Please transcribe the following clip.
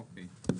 אוקיי,